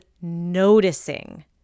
noticing